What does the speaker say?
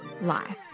life